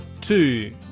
two